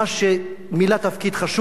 שמילא תפקיד חשוב,